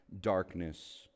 darkness